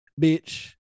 bitch